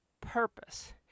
purpose